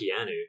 Keanu